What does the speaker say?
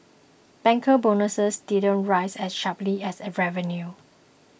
banker bonuses didn't rise as sharply as revenue